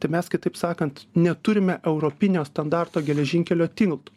tai mes kitaip sakant neturime europinio standarto geležinkelio tiltų